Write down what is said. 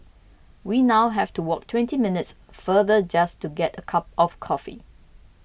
we now have to walk twenty minutes farther just to get a cup of coffee